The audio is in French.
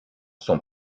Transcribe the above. son